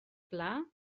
pla